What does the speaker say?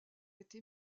été